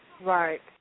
Right